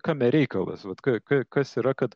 kame reikalas vat ka ka kas yra kad